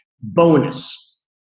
bonus